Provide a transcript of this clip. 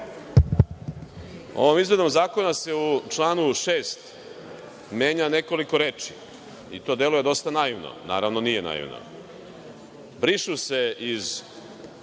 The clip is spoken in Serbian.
Ovom izmenom zakona se u članu 6. menja nekoliko reči i to deluje dosta naivno. Naravno, nije naivno. Bogami,